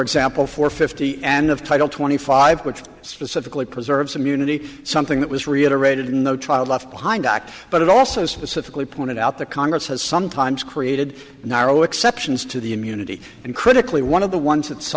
example four fifty and of title twenty five which specifically preserves immunity something that was reiterated in no child left behind act but it also specifically pointed out that congress has sometimes created narrow exceptions to the immunity and critically one of the ones that